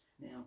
Now